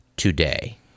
today